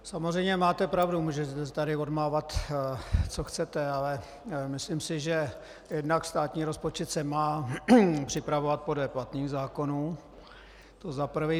Samozřejmě máte pravdu, můžete si tady odmávat, co chcete, ale myslím si, že jednak státní rozpočet se má připravovat podle platných zákonů, to za prvé.